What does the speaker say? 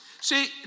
See